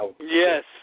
Yes